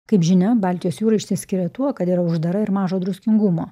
kaip žinia baltijos jūra išsiskiria tuo kad yra uždara ir mažo druskingumo